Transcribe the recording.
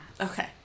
Okay